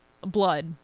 blood